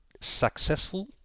successful